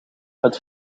het